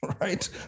right